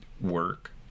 Work